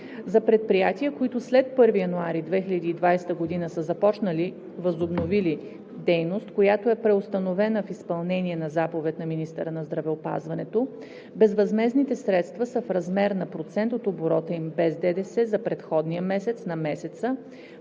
За предприятия, които след 1 януари 2020 г. са започнали/възобновили дейност, която е преустановена в изпълнение на заповед на министъра на здравеопазването, безвъзмездните средства са в размер на процент от оборота им без ДДС за предходния месец на месеца,